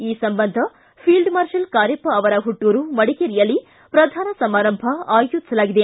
ಈ ಸಂಬಂಧ field marshal Cariappa ಅವರ ಹುಟ್ಟೂರು ಮಡಿಕೇರಿಯಲ್ಲಿ ಪ್ರಧಾನ ಸಮಾರಂಭ ಆಯೋಜಿಸಲಾಗಿದೆ